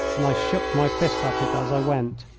and i shook my fist at it as i went.